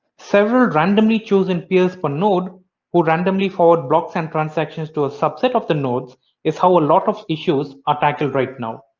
several randomly chosen peers per node who randomly forward blocks and transactions to a subset of the nodes is how a lot of issues are tackled right now.